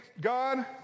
God